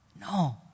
No